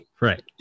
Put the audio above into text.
right